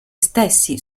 stessi